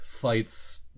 fights